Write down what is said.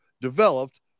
developed